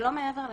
ולא מעבר לכך.